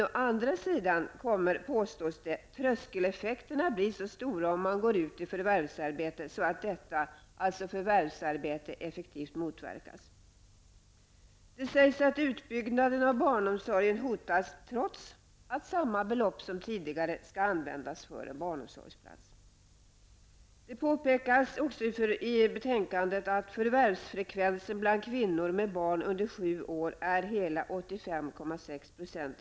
Å andra sidan kommer, påstås det, tröskeleffekterna om man går ut i förvärvsarbete att bli så stora att detta -- alltså att gå ut i förvärvsarbete -- effektivt motverkas. Det sägs att utbyggnaden av barnomsorgen hotas trots att samma belopp som tidigare skall användas för en barnomsorgsplats. Det påpekas i betänkandet också att förvärvsfrekvensen bland kvinnor med barn under sju år är hela 85,6 %.